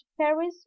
paris